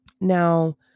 Now